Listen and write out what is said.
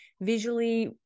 visually